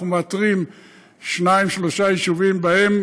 אנחנו מאתרים שניים-שלושה יישובים שבהם